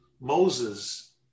Moses